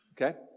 okay